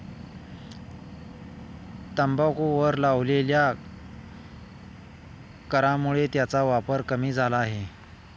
तंबाखूवर लावलेल्या करामुळे त्याचा वापर कमी झाला आहे